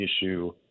issue